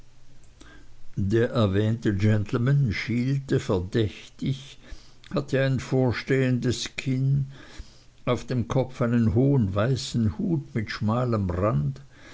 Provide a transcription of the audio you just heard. der erwähnte gentleman schielte verdächtig hatte ein vorstehendes kinn auf dem kopf einen hohen weißen hut mit schmalem rand